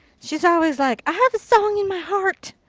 she is always like i have a song in my heart.